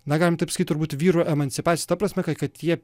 na galima taip sakyt turbūt vyrų emancipacija ta prasme ka kad jie